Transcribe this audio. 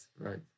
right